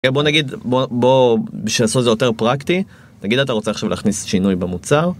בוא נגיד, בוא, בשביל לעשות זה יותר פרקטי, נגיד אתה רוצה עכשיו להכניס שינוי במוצר